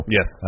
Yes